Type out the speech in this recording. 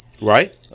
Right